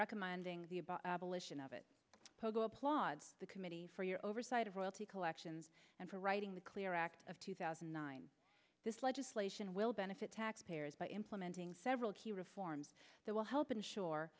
recommending the about abolition of it pogo applauds the committee for your oversight of royalty collections and for writing the clear act of two thousand and nine this legislation will benefit taxpayers by implementing several key reforms that will help ensure